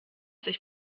sich